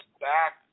back